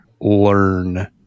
learn